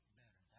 better